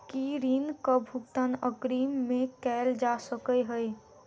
की ऋण कऽ भुगतान अग्रिम मे कैल जा सकै हय?